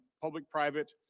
public-private